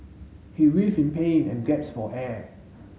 he writhed in pain and gasped for air